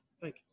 Thank